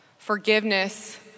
forgiveness